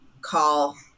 call